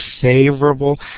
favorable